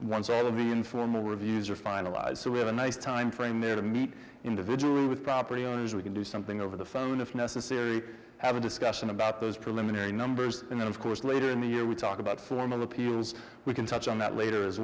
once all of the informal reviews are finalized so we have a nice timeframe there to meet individuals with property owners we can do something over the phone if necessary have a discussion about those preliminary numbers and then of course later in the year we talk about form of appeals we can touch on that later as